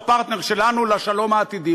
הוא פרטנר שלנו לשלום העתידי.